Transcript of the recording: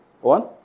One